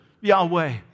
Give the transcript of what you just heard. Yahweh